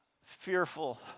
fearful